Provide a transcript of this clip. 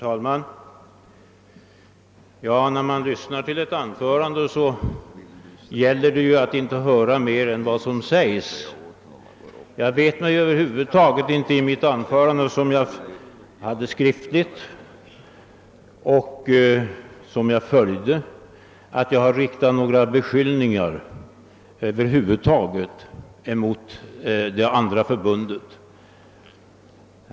Herr talman! När man lyssnar på ett anförande så gäller det att inte höra mer än vad som sägs. Jag vet mig över huvud taget inte i mitt anförande, som jag hade i skriftlig form framför mig och noggrant följde, ha riktat några beskyllningar mot det andra förbundet.